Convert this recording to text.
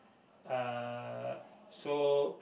uh so